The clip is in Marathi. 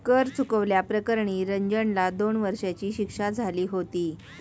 कर चुकवल्या प्रकरणी रंजनला दोन वर्षांची शिक्षा झाली होती